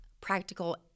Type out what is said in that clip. practical